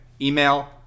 email